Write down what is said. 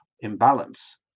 imbalance